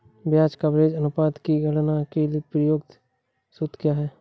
ब्याज कवरेज अनुपात की गणना के लिए प्रयुक्त सूत्र क्या है?